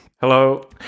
Hello